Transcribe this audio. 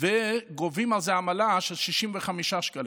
צ'ק של 50 שקל, וגובים על זה עמלה של 65 שקלים,